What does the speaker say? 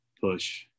push